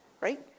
right